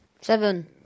seven